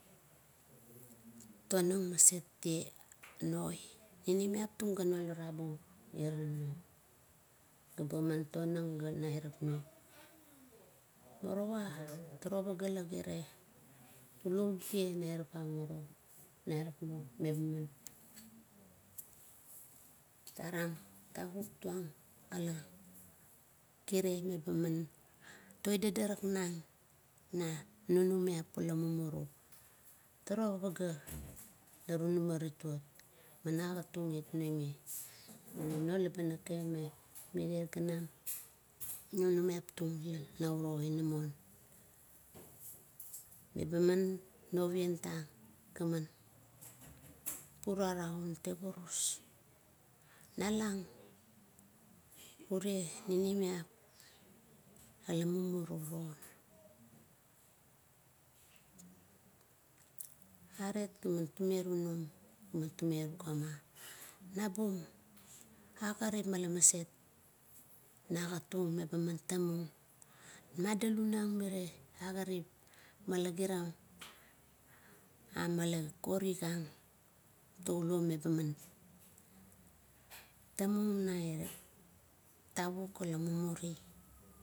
Panum maset tie notsi naptung ba mevaranoun mantong ga nevarakmeng. Morowa turuo la togire tunum tie nairap ma mire lon neap, narang tavuk tuang lakire laman toi dadaraknang na ninimiap ula mumuru. Turuo pagea la tunama ritot, man agat tung it, me ira lauke me ninimiap tng nau uro inamon. Leba man novientang gaman gurarang un tevurus. Nalang ure ninimiap au irago. Aret tie tume tunum, ga tume tugama nabum agarip tuam maset meba man tamung, ma didirang mirie agarip, malagirang amila korik ang touluo meba man tamung na tavuk ila mumuri.